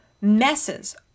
messes